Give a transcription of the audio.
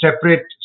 separate